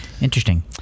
Interesting